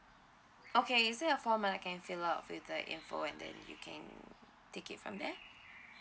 okay is there a form that I can fill up with the info and then you can take it from there